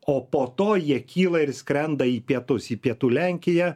o po to jie kyla ir skrenda į pietus į pietų lenkiją